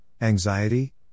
anxiety